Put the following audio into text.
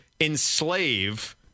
enslave